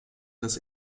des